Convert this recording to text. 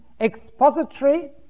Expository